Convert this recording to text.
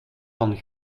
van